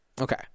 Okay